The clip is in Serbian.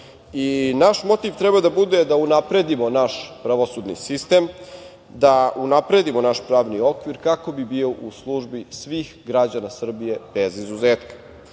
Naš motiv treba da bude da unapredimo naš pravosudni sistem, da unapredimo naš pravni okvir, kako bi bio u službi svih građana Srbije bez izuzetka.